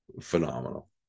Phenomenal